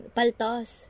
Paltos